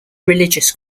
religious